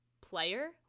player